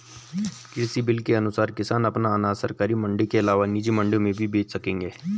कृषि बिल के अनुसार किसान अपना अनाज सरकारी मंडी के अलावा निजी मंडियों में भी बेच सकेंगे